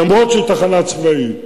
למרות שהיא תחנה צבאית.